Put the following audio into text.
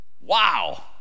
Wow